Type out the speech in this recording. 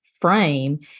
frame